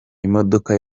imodoka